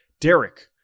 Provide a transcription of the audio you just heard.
Derek